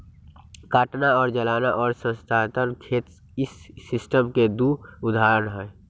काटना और जलाना और स्थानांतरण खेत इस सिस्टम के दु उदाहरण हई